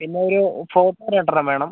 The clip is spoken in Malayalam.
പിന്നെ ഒരു ഫോട്ടോ രണ്ടെണ്ണം വേണം